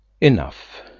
Enough